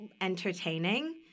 entertaining